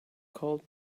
called